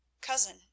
cousin